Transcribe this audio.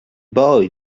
boy